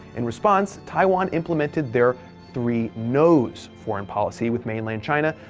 in response, taiwan implemented their three noes foreign policy with mainland china,